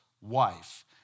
wife